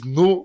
no